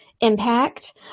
impact